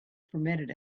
permitted